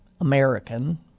American